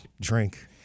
drink